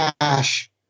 cash